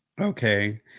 Okay